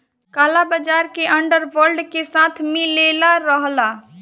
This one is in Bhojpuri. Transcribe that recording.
काला बाजार के अंडर वर्ल्ड के साथ मिलले रहला